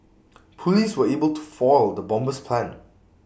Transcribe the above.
Police were able to foil the bomber's plans